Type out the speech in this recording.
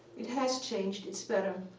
it has changed. it's better.